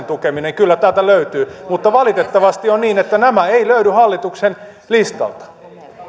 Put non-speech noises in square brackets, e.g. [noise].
[unintelligible] tukeminen kyllä täältä löytyy mutta valitettavasti on niin että nämä eivät löydy hallituksen listalta